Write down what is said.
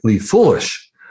foolish